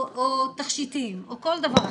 או תכשיטים או כל דבר אחר,